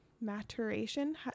maturation